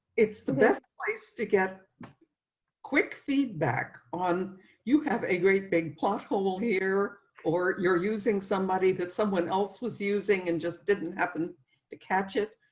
it's the best place to get quick feedback on you have a great big plot hole here or you're using somebody that someone else was using and just didn't happen to catch it.